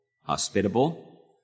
hospitable